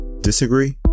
Disagree